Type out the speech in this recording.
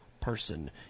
person